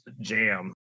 jam